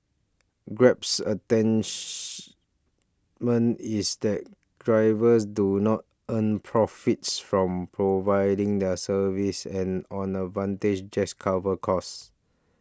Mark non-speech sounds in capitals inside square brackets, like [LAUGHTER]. Grab's [UNINTELLIGIBLE] is that drivers do not earn profits from providing the service and on advantage just covers costs